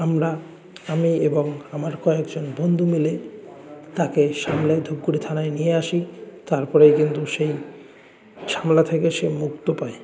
আমরা আমি এবং আমার কয়েকজন বন্ধু মিলে তাকে সামলে ঠিক করে থানায় নিয়ে আসি তারপরেই কিন্তু সেই ঝামেলা থেকে সে মুক্ত পায়